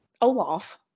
Olaf